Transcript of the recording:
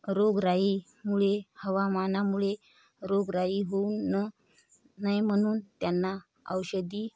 रोगराईमुळे हवामानामुळे रोगराई होऊन न नये म्हणून त्यांना औषधी